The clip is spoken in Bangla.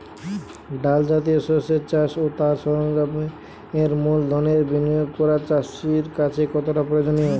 ডাল জাতীয় শস্যের চাষ ও তার সরঞ্জামের মূলধনের বিনিয়োগ করা চাষীর কাছে কতটা প্রয়োজনীয়?